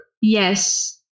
Yes